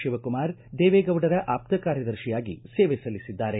ಶಿವಕುಮಾರ ದೇವೇಗೌಡರ ಆಪ್ತ ಕಾರ್ಯದರ್ಶಿಯಾಗಿ ಸೇವೆ ಸಲ್ಲಿಸಿದ್ದಾರೆ